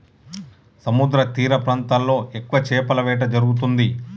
సముద్రతీర ప్రాంతాల్లో ఎక్కువ చేపల వేట జరుగుతుంది